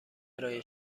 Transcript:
ارائه